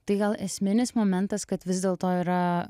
tai gal esminis momentas kad vis dėlto yra